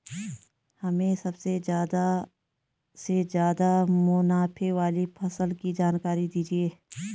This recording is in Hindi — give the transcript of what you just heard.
हमें सबसे ज़्यादा से ज़्यादा मुनाफे वाली फसल की जानकारी दीजिए